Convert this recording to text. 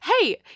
hey